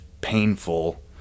painful